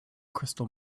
crystal